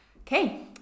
Okay